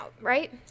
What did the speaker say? right